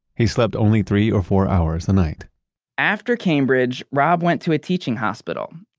he slept only three or four hours a night after cambridge, rob went to a teaching hospital.